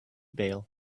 bale